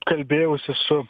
kalbėjausi su